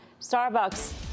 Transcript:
Starbucks